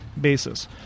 basis